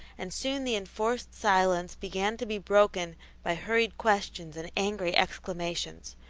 and soon the enforced silence began to be broken by hurried questions and angry exclamations.